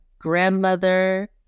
grandmother